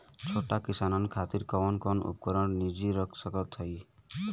छोट किसानन खातिन कवन कवन उपकरण निजी रखल सही ह?